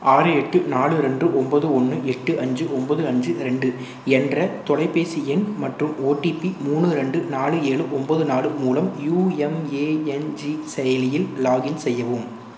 ஆறு எட்டு நாலு ரெண்டு ஒம்போது ஒன்று எட்டு அஞ்சு ஒம்போது அஞ்சு ரெண்டு என்ற தொலைபேசி எண் மற்றும் ஓடிபி மூணு ரெண்டு நாலு ஏழு ஒம்போது நாலு மூலம் யுஎம்எஎன்ஜி செயலியில் லாகின் செய்யவும்